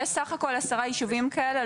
יש בסך הכל עשרה ישובים כאלה,